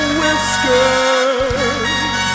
whiskers